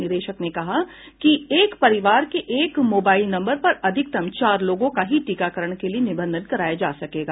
निदेशक ने कहा कि एक परिवार के एक मोबाईल नम्बर पर अधिकतम चार लोगों का ही टीकाकरण के लिए निबंधन कराया जा सकेगा